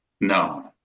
no